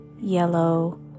yellow